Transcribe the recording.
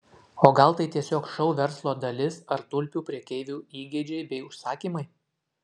o gal tai tiesiog šou verslo dalis ar tulpių prekeivių įgeidžiai bei užsakymai